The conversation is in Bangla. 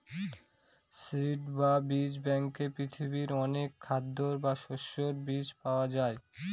সিড বা বীজ ব্যাঙ্কে পৃথিবীর অনেক খাদ্যের বা শস্যের বীজ পাওয়া যায়